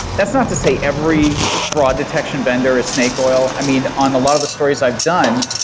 that's not to say every fraud detection vendor is snake oil. i mean, on a lot of the stories i've done,